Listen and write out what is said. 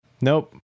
Nope